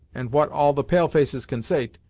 and what all the pale-faces consait,